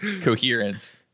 Coherence